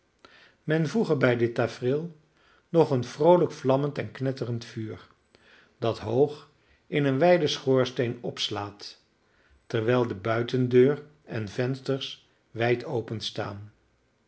men voege bij dit tafereel nog een vroolijk vlammend en knetterend vuur dat hoog in een wijden schoorsteen opslaat terwijl de buitendeur en vensters wijd